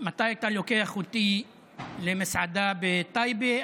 מתי אתה לוקח אותי למסעדה בטייבה?